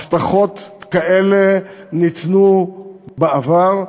הבטחות כאלה ניתנו בעבר,